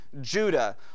Judah